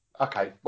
okay